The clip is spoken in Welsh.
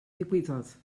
ddigwyddodd